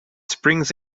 springs